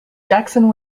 jackson